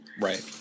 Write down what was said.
Right